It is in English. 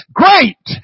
great